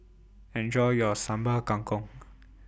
Enjoy your Sambal Kangkong